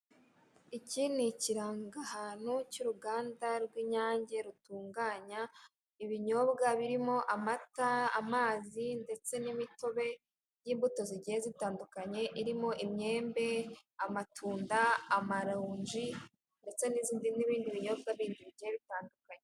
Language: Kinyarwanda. Iki ni ikirangahantu cy'uruganda rw'Inyange rutunganya ibinyobwa birimo amata, amazi ndetse n'imitobe y'imbuto zigiye zitandukanye irimo imyembe, amatunda, amaronji ndetse n'izindi n'ibindi binyobwa bindi bigiye bitandukanye.